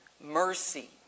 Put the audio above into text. mercy